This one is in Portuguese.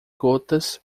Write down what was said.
gotas